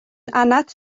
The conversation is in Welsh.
anad